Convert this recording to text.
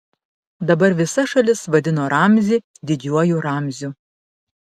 dabar visa šalis vadino ramzį didžiuoju ramziu